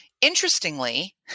Interestingly